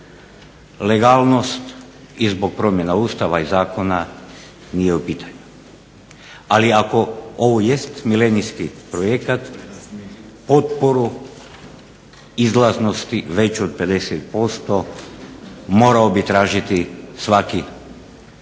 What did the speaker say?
Legalnost i zbog promjena Ustava i zakona nije u pitanju. Ali ako ovo jest milenijski projekat potporu izlaznosti veću od 50% morao bi tražiti svaki politički